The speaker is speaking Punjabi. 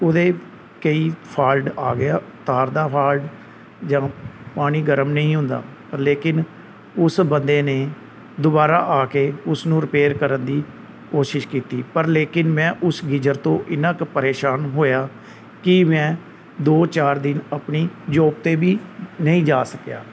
ਉਹਦੇ ਕੋਈ ਫਾਲਟ ਆ ਗਿਆ ਤਾਰ ਦਾ ਫਾਲਟ ਜਾਂ ਪਾਣੀ ਗਰਮ ਨਹੀਂ ਹੁੰਦਾ ਲੇਕਿਨ ਉਸ ਬੰਦੇ ਨੇ ਦੁਬਾਰਾ ਆ ਕੇ ਉਸ ਨੂੰ ਰਿਪੇਅਰ ਕਰਨ ਦੀ ਕੋਸ਼ਿਸ਼ ਕੀਤੀ ਪਰ ਲੇਕਿਨ ਮੈਂ ਉਸ ਗੀਜ਼ਰ ਤੋਂ ਐਨਾ ਕੁ ਪਰੇਸ਼ਾਨ ਹੋਇਆ ਕਿ ਮੈਂ ਦੋ ਚਾਰ ਦਿਨ ਆਪਣੀ ਜੋਬ 'ਤੇ ਵੀ ਨਹੀਂ ਜਾ ਸਕਿਆ